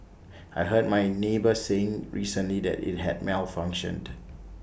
I heard my neighbour saying recently that IT had malfunctioned